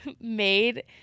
made